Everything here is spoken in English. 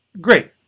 great